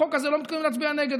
בחוק הזה לא מתכוונים להצביע נגד,